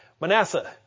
Manasseh